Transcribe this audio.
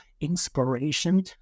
inspiration